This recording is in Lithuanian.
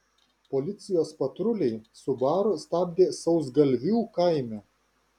policijos patruliai subaru stabdė sausgalvių kaime